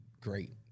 great